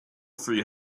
three